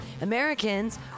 Americans